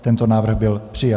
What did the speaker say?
Tento návrh byl přijat.